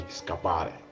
scappare